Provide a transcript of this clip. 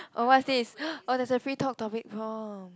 oh what's this oh there's a free talk topic prompt